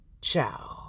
Ciao